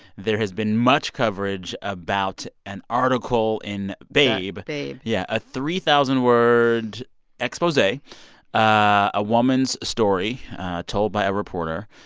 there has been much coverage about an article in babe babe yeah, a three thousand word expose a ah a woman's story told by a reporter,